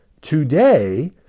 today